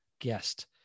guest